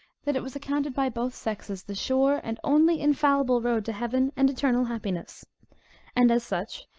that it was accounted by both sexes the sure and only infallible road to heaven and eternal happiness and as such,